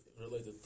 related